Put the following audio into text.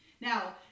Now